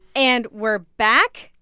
and we're back.